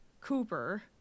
Cooper